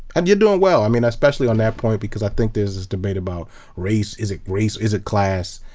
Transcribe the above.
and you're doing well. i mean especially on that point, because i think there's this debate about race is it race, is it class?